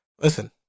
Listen